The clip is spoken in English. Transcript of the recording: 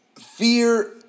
fear